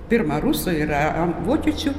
pirma rusų yra an vokiečių